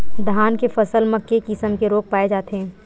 धान के फसल म के किसम के रोग पाय जाथे?